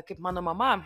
kaip mano mama